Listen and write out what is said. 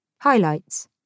Highlights